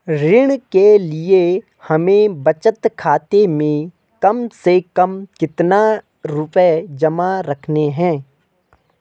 ऋण के लिए हमें बचत खाते में कम से कम कितना रुपये जमा रखने हैं?